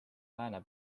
lääne